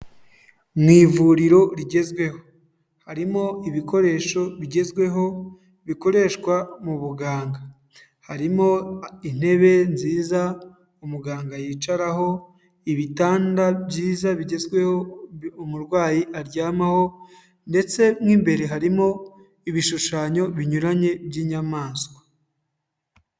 Mu ivuriro rigezweho, harimo ibikoresho bigezweho, bikoreshwa mu buganga, harimo intebe nziza umuganga yicaraho, ibitanda byiza bigezweho umurwayi aryamaho, ndetse mo imbere harimo ibishushanyo binyuranye by'inyamaswa.